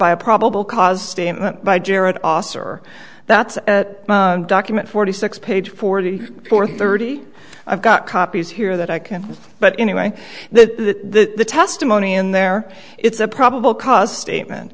by a probable cause statement by jarrett oss or that's a document forty six page forty four thirty i've got copies here that i can but anyway the testimony in there it's a probable cause statement